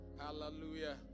Hallelujah